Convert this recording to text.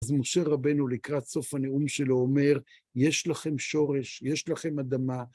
אז משה רבנו לקראת סוף הנאום שלו אומר, יש לכם שורש, יש לכם אדמה.